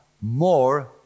more